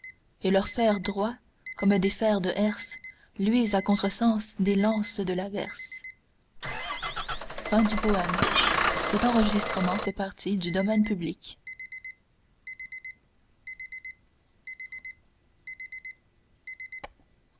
et leurs fers droits comme des fers de herse luisent à contresens des lances de l'averse